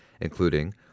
including